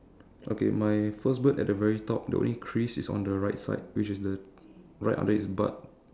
okay my first bird at the very top the only crease is on the right side which is the right under it's butt